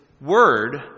word—